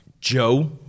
Joe